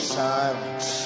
silence